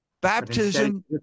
Baptism